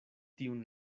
tiun